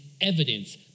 evidence